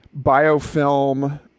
biofilm